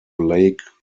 lake